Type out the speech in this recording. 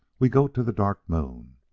we go to the dark moon.